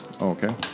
Okay